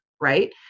right